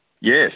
Yes